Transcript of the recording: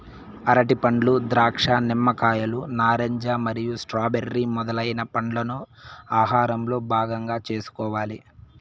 అరటిపండ్లు, ద్రాక్ష, నిమ్మకాయలు, నారింజ మరియు స్ట్రాబెర్రీ మొదలైన పండ్లను ఆహారంలో భాగం చేసుకోవాలి